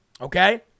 okay